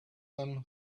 them